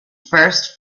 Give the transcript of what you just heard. first